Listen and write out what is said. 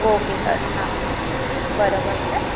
okay sir હા બરોબર છે